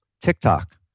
TikTok